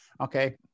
Okay